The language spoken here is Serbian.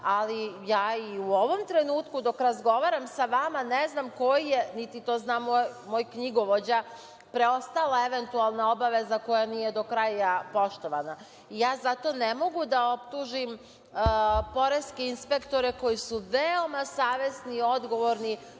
ali ja i u ovom trenutku dok razgovaram sa vama ne znam koji je niti to zna moj knjigovođa, preostala eventualna obaveza koja nije do kraja poštovana. Zato ne mogu da optužim poreske inspektore koji su veoma savesni i odgovorni